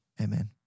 Amen